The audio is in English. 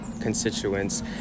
constituents